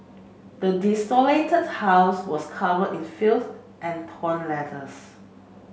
the desolated house was covered in filth and torn letters